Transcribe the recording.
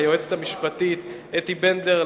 ליועצת המשפטית אתי בנדלר,